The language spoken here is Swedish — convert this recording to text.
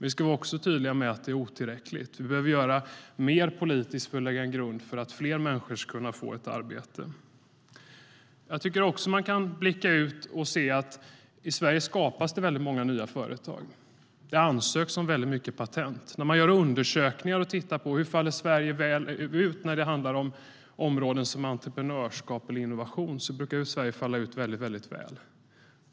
Vi ska också vara tydliga med att det är otillräckligt. Politiskt behöver vi göra mer för att lägga grunden för att fler människor ska kunna få ett arbete. Jag tycker också att man kan blicka ut och se att det i Sverige skapas väldigt många nya företag. Det ansöks om väldigt mycket patent. I undersökningar som tittar på områden som entreprenörskap och innovation brukar Sverige falla ut väldigt väl.